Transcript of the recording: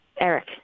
Eric